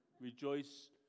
rejoice